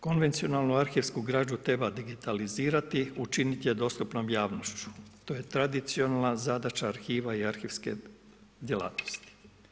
Konvencionalnu arhivsku građu treba digitalizirati, učiniti je dostupnom javnošću, to je tradicionalna zadaća arhiva i arhivske djelatnosti.